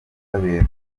ubutabera